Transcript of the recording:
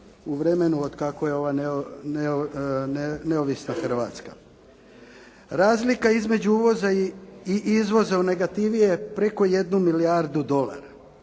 u vremenu otkako je ova neovisna Hrvatska. Razlika između uvoza i izvoza u negativi je preko jednu milijardu dolara.